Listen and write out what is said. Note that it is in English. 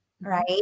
right